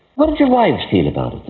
what did your wives feel about